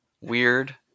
weird